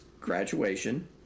graduation